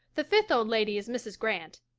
the fifth old lady is mrs. grant.